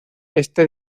este